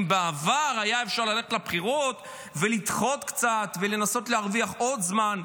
אם בעבר היה אפשר ללכת לבחירות ולדחות קצת ולנסות להרוויח עוד זמן,